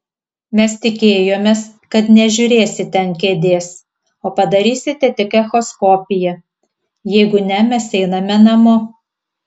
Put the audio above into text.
mes tikėjomės kad nežiūrėsite ant kėdės o padarysite tik echoskopiją jeigu ne mes einame namo